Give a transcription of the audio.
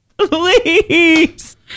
Please